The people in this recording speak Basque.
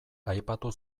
aipatu